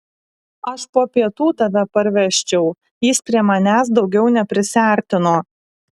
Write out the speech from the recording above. aš po pietų tave parvežčiau jis prie manęs daugiau neprisiartino